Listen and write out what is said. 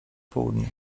południu